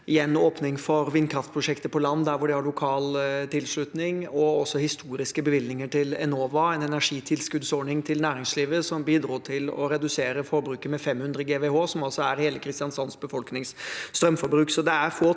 åpning for vindkraftprosjekter på land der det har lokal tilslutning, historiske bevilgninger til Enova og en energitilskuddsordning til næringslivet som bidro til å redusere forbruket med 500 GWh, som altså er hele Kristiansands befolknings strømforbruk.